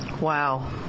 Wow